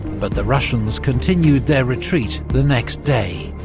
but the russians continued their retreat the next day.